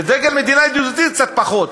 ובדגל מדינה ידידותית קצת פחות.